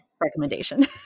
recommendation